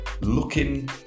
looking